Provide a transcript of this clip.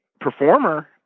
performer